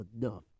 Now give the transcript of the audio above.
enough